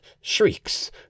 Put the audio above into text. shrieks